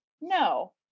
no